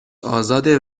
آزاده